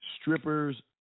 strippers